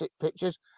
pictures